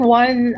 one